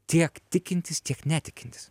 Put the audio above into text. tiek tikintys tiek netikintys